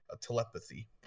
Telepathy